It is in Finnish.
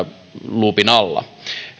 luupin alla